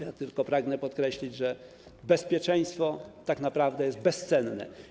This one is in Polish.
Ja tylko pragnę podkreślić, że bezpieczeństwo jest tak naprawdę bezcenne.